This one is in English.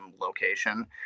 location